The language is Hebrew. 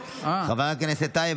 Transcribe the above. חבר הכנסת טייב,